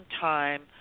time